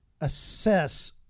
assess